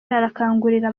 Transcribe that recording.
arakangurira